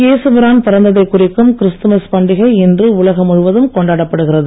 ஏசுபிரான் பிறந்ததை குறிக்கும் கிறிஸ்துமஸ் பண்டிகை இன்று உலகம் முழுவதும் கொண்டாடப்படுகிறது